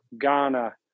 Ghana